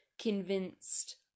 convinced